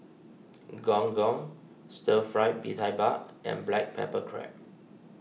Gong Gong Stir Fry Bee Tai Mak and Black Pepper Crab